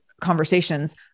conversations